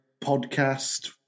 podcast